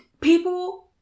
people